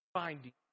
finding